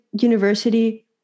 university